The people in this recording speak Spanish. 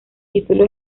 título